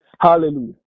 Hallelujah